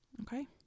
okay